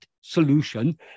solution